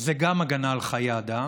זה גם הגנה על חיי אדם,